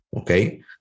okay